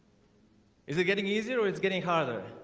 is it getting easier? it's getting harder